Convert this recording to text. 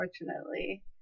unfortunately